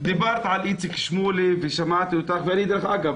דיברתי על איציק שמולי ודרך אגב,